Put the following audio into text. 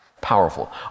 Powerful